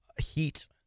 heat